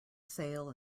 sail